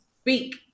speak